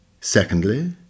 Secondly